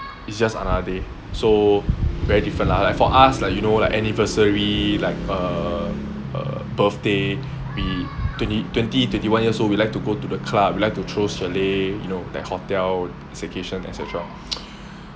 it's just another day so very different lah like for us like you know like anniversary like uh uh birthday be twenty twenty twenty one years old we like to go to the club we like to throw chalet you know like hotel staycation et cetera